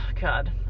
God